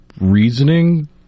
reasoning